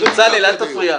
בצלאל, אל תפריע.